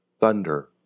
thunder